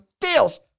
deals